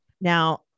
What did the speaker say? Now